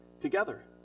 together